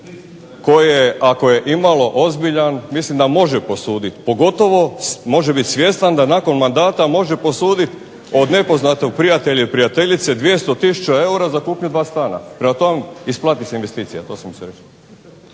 koje ako je imalo ozbiljan mislim da može posuditi pogotovo može biti svjestan da nakon mandata može posuditi od nepoznatog prijatelja ili prijateljice 200000 eura za kupnju dva stana. Prema tomu, isplati se investicija. To sam sretan.